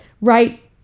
right